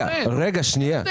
אתה נותן שבועיים, אין הבדל.